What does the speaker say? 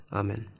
amen